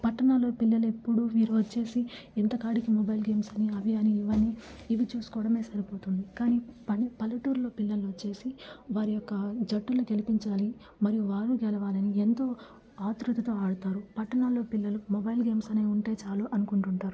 పట్టణాల్లో పిల్లలెప్పుడూ విరొచ్చేసి ఎంతకాడికి మొబైల్ గేమ్సని అవని ఇవని ఇవి చూసుకోవడమే సరిపోతుంది కాని పల్లె పల్లెటూరులో పిల్లలు వచ్చేసి వారి యొక్క జట్టును గెలిపించాలి మరియు వారు గెలవాలని ఎంతో ఆతృతతో ఆడతారు పట్టణాల్లో పిల్లలు మొబైల్ గేమ్స్ అనే ఉంటే చాలు అనుకుంటుంటారు